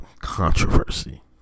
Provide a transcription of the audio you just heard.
controversy